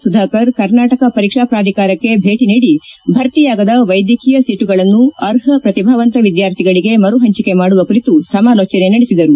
ಸುಧಾಕರ್ ಕರ್ನಾಟಕ ಪರೀಕ್ಷಾ ಪ್ರಾಧಿಕಾರಕ್ಷೆ ಭೇಟಿ ನೀಡಿ ಭರ್ತಿಯಾಗದ ವೈದ್ಯಕೀಯ ಸೀಟುಗಳನ್ನು ಅರ್ಷ ಪ್ರತಿಭಾವಂತ ವಿದ್ಯಾರ್ಥಿಗಳಿಗೆ ಮರು ಪಂಚಿಕೆ ಮಾಡುವ ಕುರಿತು ಸಮಾಲೋಚನೆ ನಡೆಸಿದರು